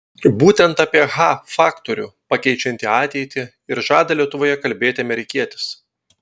būtent apie h faktorių pakeičiantį ateitį ir žada lietuvoje kalbėti amerikietis